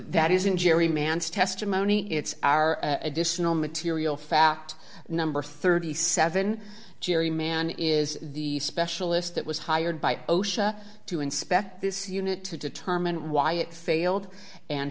that isn't jerry man's testimony it's our additional material fact number thirty seven dollars jerry man is the specialist that was hired by osha to inspect this unit to determine why it failed and